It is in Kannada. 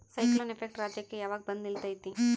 ಸೈಕ್ಲೋನ್ ಎಫೆಕ್ಟ್ ರಾಜ್ಯಕ್ಕೆ ಯಾವಾಗ ಬಂದ ನಿಲ್ಲತೈತಿ?